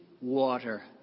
water